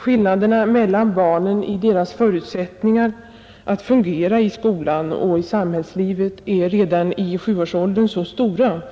Skillnaderna mellan barnen i deras förutsättningar att fungera i skolan och i samhällslivet är redan i sjuårsåldern så stora